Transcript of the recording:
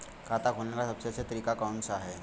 खाता खोलने का सबसे अच्छा तरीका कौन सा है?